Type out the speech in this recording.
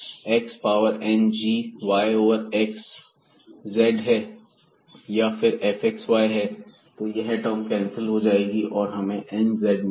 x power n g y over x z है या फिर fxy है यह टर्म कैंसिल हो जाएगी और हमें nz मिलेगा